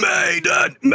Maiden